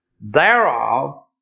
thereof